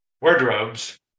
wardrobes